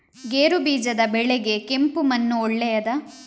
ಗೇರುಬೀಜದ ಬೆಳೆಗೆ ಕೆಂಪು ಮಣ್ಣು ಒಳ್ಳೆಯದಾ?